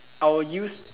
I will use